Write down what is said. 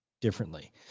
differently